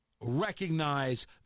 recognize